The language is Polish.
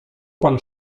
pan